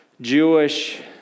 Jewish